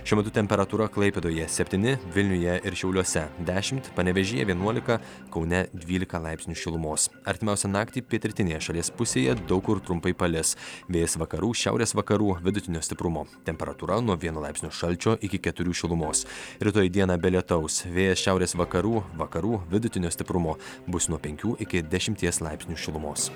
šiuo metu temperatūra klaipėdoje septyni vilniuje ir šiauliuose dešimt panevėžyje vienuolika kaune dvylika laipsnių šilumos artimiausią naktį pietrytinėje šalies pusėje daug kur trumpai palis vėjas vakarų šiaurės vakarų vidutinio stiprumo temperatūra nuo vieno laipsnio šalčio iki keturių šilumos rytoj dieną be lietaus vėjas šiaurės vakarų vakarų vidutinio stiprumo bus nuo penkių iki dešimties laipsnių šilumos